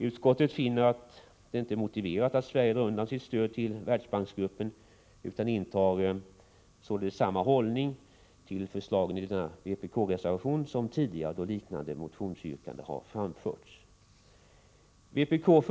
Utskottet finner det inte motiverat att Sverige drar undan sitt stöd till Världsbanksgruppen, utan intar således samma hållning till förslagen i vpk:s reservation som tidigare, då liknande motionsyrkanden framförts.